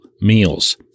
meals